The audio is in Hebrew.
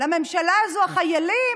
לממשלה הזו, החיילים,